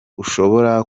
ushobora